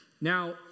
Now